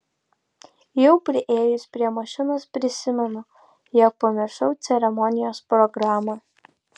jau priėjus prie mašinos prisimenu jog pamiršau ceremonijos programą